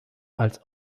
als